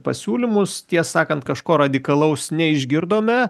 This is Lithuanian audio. pasiūlymus tiesą sakant kažko radikalaus neišgirdome